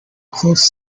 close